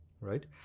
right